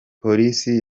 polisi